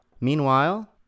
meanwhile